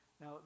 Now